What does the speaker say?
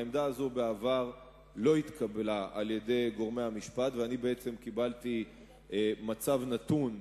העמדה הזאת לא התקבלה בעבר על-ידי גורמי המשפט ובעצם קיבלתי מצב נתון,